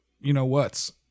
you-know-whats